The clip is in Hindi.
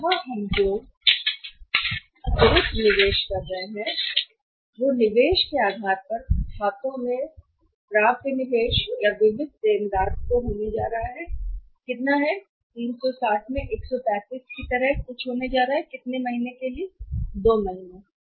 यहां हम जो अतिरिक्त निवेश कर रहे हैं वह निवेश के आधार पर है खातों में निवेश प्राप्य या विविध देनदार जो होने जा रहा है कि कितना है 360 में 135 की तरह कुछ होने जा रहा है कि कितने महीने 2 महीने 2 12 से